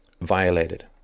violated